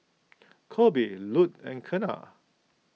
Colby Lute and Keena